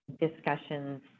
discussions